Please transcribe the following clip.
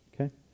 Okay